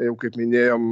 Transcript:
jau kaip minėjom